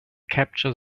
capture